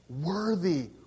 worthy